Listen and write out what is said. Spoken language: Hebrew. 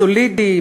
סולידי,